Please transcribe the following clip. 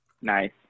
Nice